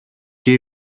και